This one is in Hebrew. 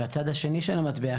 והצד השני של המטבע,